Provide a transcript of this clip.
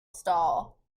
stall